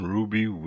Ruby